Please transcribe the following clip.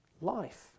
Life